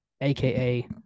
aka